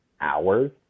hours